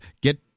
get